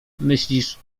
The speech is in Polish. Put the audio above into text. myślisz